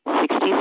sixty